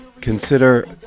consider